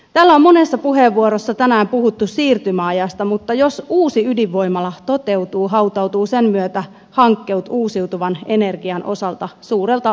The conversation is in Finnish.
täällä on monessa puheenvuorossa tänään puhuttu siirtymäajasta mutta jos uusi ydinvoimala toteutuu hautautuvat sen myötä hankkeet uusiutuvan energian osalta suurelta osin